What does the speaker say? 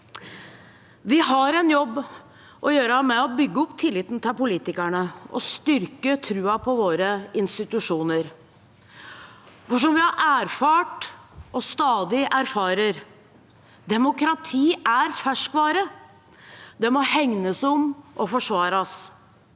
Vi har en jobb å gjøre med å bygge opp tilliten til politikerne og styrke troen på våre institusjoner, for som vi har erfart og stadig erfarer: Demokrati er ferskvare. Det må hegnes om og forsvares.